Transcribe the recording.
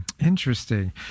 Interesting